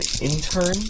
intern